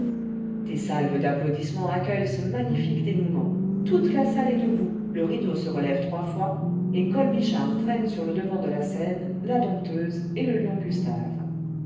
des salves d'applaudissements accueillent ce magnifique dénouement toute la salle est debout le rideau se relève trois fois et colbichard traîne sur le devant de la scène la dompteuse et le lion gustave